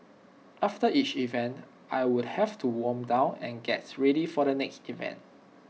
after each event I would have to warm down and gets ready for the next event